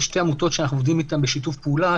יש שתי עמותות שאנחנו עובדים איתן בשיתוף פעולה,